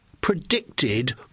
predicted